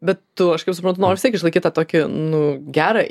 bet tu aš kaip suprantu nori vis tiek išlaikyt tą tokį nu gerą